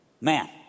Man